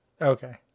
Okay